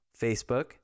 Facebook